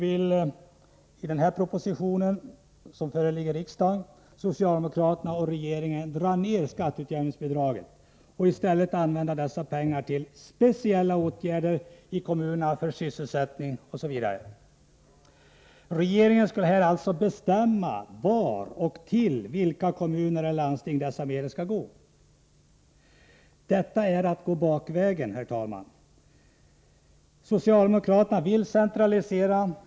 I den proposition som nu föreligger vill regeringen och socialdemokraterna i finansutskottet dra ner skatteutjämningsbidraget och i stället använda dessa pengar till speciella åtgärder i kommunerna för bl.a. sysselsättning. Regeringen skulle alltså bestämma till vad och till vilka kommuner eller landsting dessa medel skulle anslås. Detta är att gå bakvägen, herr talman. Socialdemokraterna vill centralisera.